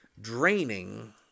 draining